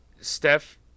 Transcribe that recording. Steph